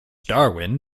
darwin